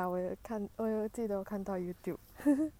ya 我有看我有记得我看到 youtube